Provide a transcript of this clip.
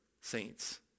saints